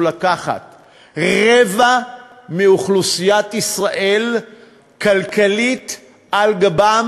לקחת רבע מאוכלוסיית ישראל כלכלית על גבם.